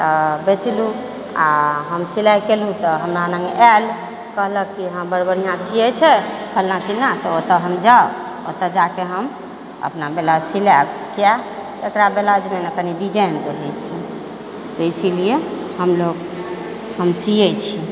तऽ बेचलहुँ आओर हम सिलाई कयलहुँ तऽ हमरा लग आयल कहलक की अहाँ बड़ बढ़िआं सीयै छै फलना चीलना तऽ ओतौ हम जाउ तऽ ओतौ जाके हम ब्लाउज अपना सीलायब किया एकरा ब्लाउजमे ने कनी डिजाइन रहै छै तऽ इसीलिए हमलोग हम सीयै छी